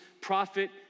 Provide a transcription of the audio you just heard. Prophet